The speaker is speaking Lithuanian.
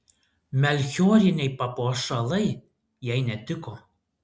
melchioriniai papuošalai jai netiko